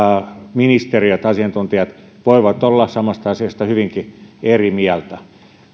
ministeriöt ja asiantuntijat voivat olla samasta asiasta hyvinkin eri mieltä